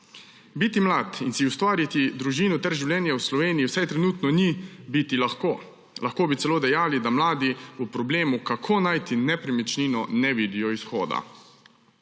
Biti mlad in si ustvariti družino ter življenje v Sloveniji vsaj trenutno ni lahko. Lahko bi celo dejali, da mladi pri problemu, kako najti nepremičnino, ne vidijo izhoda.